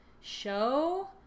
show